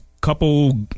Couple